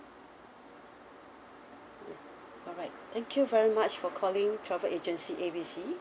alright thank you very much for calling travel agency A B C